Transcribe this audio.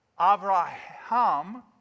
Abraham